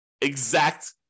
exact